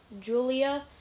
Julia